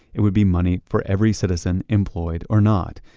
it would be money for every citizen, employed or not.